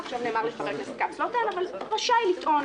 עכשיו נאמר לי שחבר הכנסת כץ לא טען רשאי לטעון